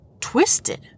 twisted